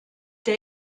der